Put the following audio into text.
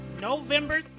November